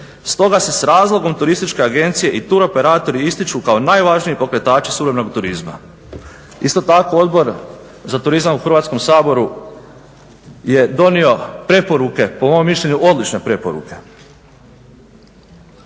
Stoga se s razlogom turističke agencije i turoperatori ističu kao najvažniji pokretači suvremenog turizma. Isto tako Odbor za turizam u Hrvatskom saboru je donio preporuke po mom mišljenju odlične preporuke.